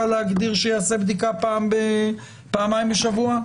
להגדיר שיעשה בדיקה פעם-פעמיים בשבוע?